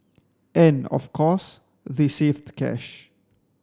and of course they saved cash